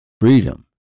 freedom